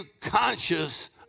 conscious